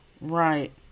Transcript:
right